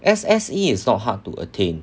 S_S_E is not hard to attain